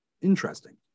interesting